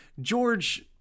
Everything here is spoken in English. George